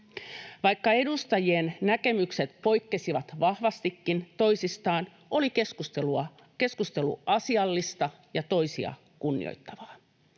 Vaikka edustajien näkemykset poikkesivat vahvastikin toisistaan, oli keskustelu asiallista ja toisia kunnioittavaa.